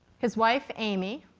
his wife amy,